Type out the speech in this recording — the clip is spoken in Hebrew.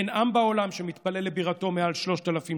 אין עם בעולם שמתפלל לבירתו מעל שלושת אלפים